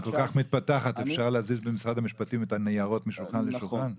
אם כל כך מתפתחת אפשר להזיז במשרד המשפטים את הניירות משולחן לשולחן?